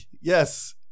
Yes